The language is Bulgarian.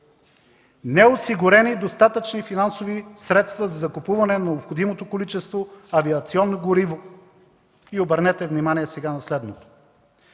Неосигурени достатъчни финансови средства за закупуване на необходимото количество авиационно гориво и, обърнете внимание сега на следното